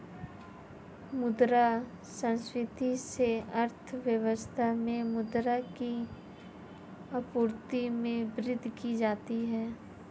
मुद्रा संस्फिति से अर्थव्यवस्था में मुद्रा की आपूर्ति में वृद्धि की जाती है